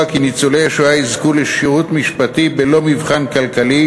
כי ניצולי השואה יזכו לשירות משפטי בכל מבחן כלכלי.